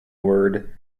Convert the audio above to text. word